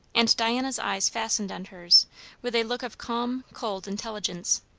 and diana's eyes fastened on hers with a look of calm, cold intelligence.